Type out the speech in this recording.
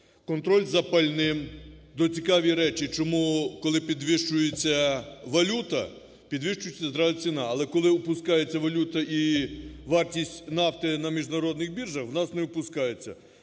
контроль за пальним. Тут цікаві речі, чому, коли підвищується валюта, підвищується зразу ціна, але, коли опускається валюта і вартість нафти на міжнародних біржах, у нас не опускається.